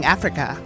Africa